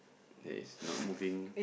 that is not moving